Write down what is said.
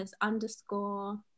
underscore